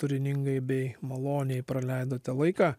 turiningai bei maloniai praleidote laiką